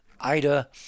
ida